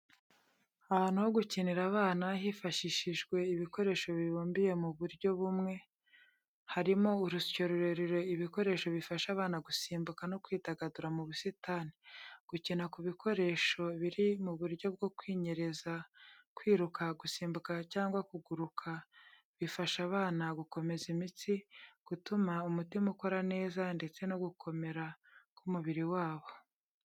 Ahantu ho gukinira abana, hifashishijwe ibikoresho bibumbiye mu buryo bumwe, harimo urusyo rurerure, ibikoresho bifasha abana gusimbuka, no kwidagadura mu busitani. Gukina ku bikoresho biri mu buryo bwo kwinyereza, kwiruka, gusimbuka cyangwa kuguruka, bifasha abana gukomeza imitsi, gutuma umutima ukora neza, ndetse no gukomera k’umubiri wabo.